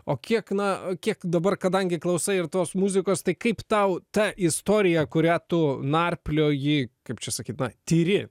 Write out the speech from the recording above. o kiek na o kiek dabar kadangi klausai ir tos muzikos tai kaip tau ta istorija kurią tu narplioji kaip čia sakyta tyri